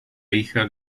hija